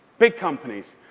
big companies.